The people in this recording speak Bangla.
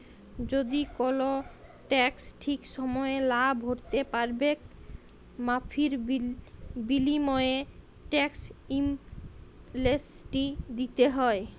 যদি কল টেকস ঠিক সময়ে লা ভ্যরতে প্যারবেক মাফীর বিলীময়ে টেকস এমলেসটি দ্যিতে হ্যয়